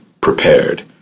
prepared